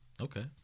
Okay